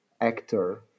actor